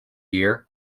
year